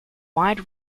wide